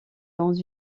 dans